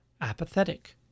apathetic